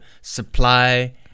supply